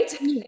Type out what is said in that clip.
right